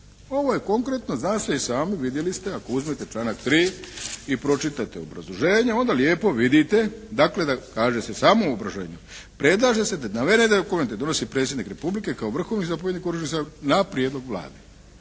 Ovo je konkretno znate i sami a i vidjeli ste, ako uzmete članak 3. i pročitate obrazloženje, onda lijepo vidite dakle, kaže se u samom obrazloženju, predlaže se da navedene dokumente donosi Predsjednik Republike kao Vrhovni zapovjednik Oružanih snaga na prijedlog Vlade.